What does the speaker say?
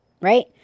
right